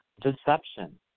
deception